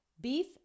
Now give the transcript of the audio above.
beef